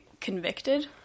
convicted